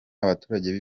abaturage